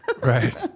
right